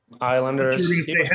Islanders